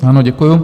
Ano, děkuji.